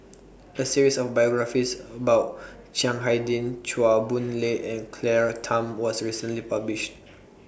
A series of biographies about Chiang Hai Ding Chua Boon Lay and Claire Tham was recently published